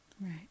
Right